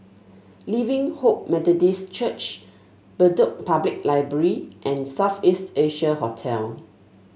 Living Hope Methodist Church Bedok Public Library and South East Asia Hotel